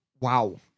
Wow